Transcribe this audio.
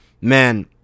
man